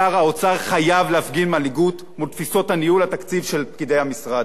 שר האוצר חייב להפגין מנהיגות מול תפיסות ניהול התקציב של פקידי המשרד.